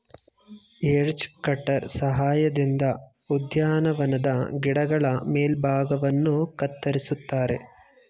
edge cutter ಸಹಾಯದಿಂದ ಉದ್ಯಾನವನದ ಗಿಡಗಳ ಮೇಲ್ಭಾಗವನ್ನು ಕತ್ತರಿಸುತ್ತಾರೆ